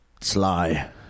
sly